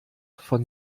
von